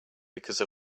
because